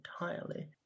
entirely